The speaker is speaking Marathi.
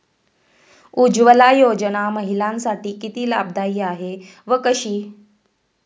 उज्ज्वला योजना महिलांसाठी किती लाभदायी आहे व कशी?